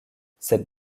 cette